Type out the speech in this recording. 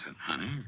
honey